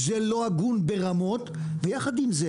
זה לא הגון ברמות, ויחד עם זה